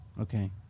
Okay